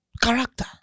character